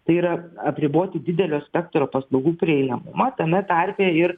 tai yra apriboti didelio spektro paslaugų prieinamumą tame tarpe ir